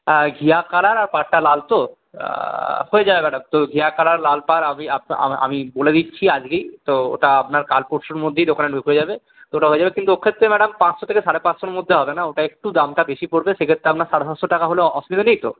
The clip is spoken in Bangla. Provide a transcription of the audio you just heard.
হ্যাঁ ঘিয়ে কালার আর পাড়টা লাল তো হয়ে যাবে ম্যাডাম তো ঘিয়ে কালার লাল পাড় আমি আমি বলে দিচ্ছি আজকেই তো ওটা আপনার কাল পরশুর মধ্যেই দোকানে ঢুকে যাবে ওটা হয়ে যাবে কিন্তু ওক্ষেত্রে ম্যাডাম পাঁচশো থেকে সাড়ে পাঁচশোর মধ্যে হবে না ওটা একটু দামটা বেশি পড়বে সেক্ষেত্রে আপনার সাড়ে সাতশো টাকা হলে অসুবিধা নেই তো